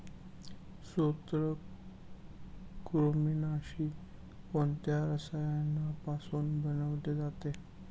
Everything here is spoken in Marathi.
सूत्रकृमिनाशी कोणत्या रसायनापासून बनवले जाते?